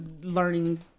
learning